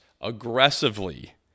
aggressively